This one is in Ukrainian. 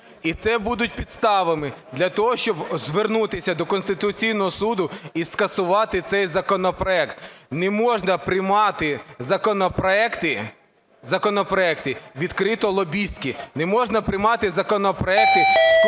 І це будуть підстави для того, щоб звернутися до Конституційного Суду і скасувати цей законопроект. Не можна приймати законопроекти, законопроекти відкрито лобістські. Не можна приймати законопроекти